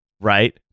right